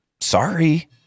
sorry